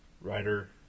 Writer